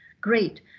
Great